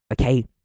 okay